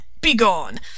Begone